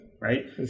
Right